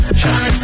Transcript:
shine